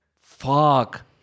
Fuck